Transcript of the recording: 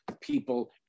people